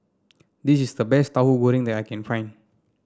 this is the best Tauhu Goreng that I can find